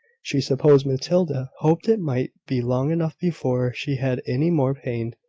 she supposed matilda hoped it might be long enough before she had any more pain.